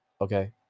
okay